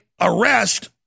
arrest